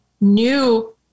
new